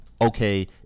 okay